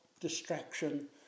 distraction